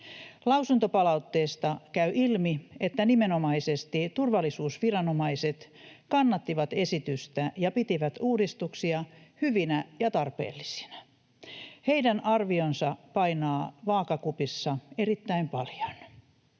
Lausuntopalautteesta käy ilmi, että nimenomaisesti turvallisuusviranomaiset kannattivat esitystä ja pitivät uudistuksia hyvinä ja tarpeellisina. Heidän arvionsa painaa vaakakupissa erittäin paljon.